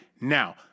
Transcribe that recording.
Now